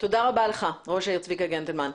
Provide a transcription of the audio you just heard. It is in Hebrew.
תודה רבה לך ראש העיר צביקה גנדלמן.